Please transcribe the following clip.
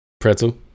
Pretzel